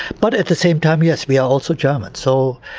but at the same time yes, we are also germans so,